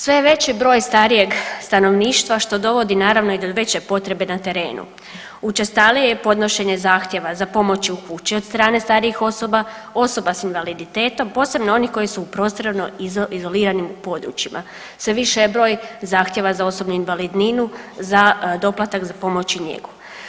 Sve je veći broj starijeg stanovništva što dovodi naravno i do veće potrebe na terenu, učestalije podnošenje zahtjeva za pomoći u kući od strane starijih osoba, osoba s invaliditetom, posebno onih koji su u prostorno izoliranim područjima, sve više je broj zahtjeva za osobnu invalidninu, za doplatak za pomoć i njegu.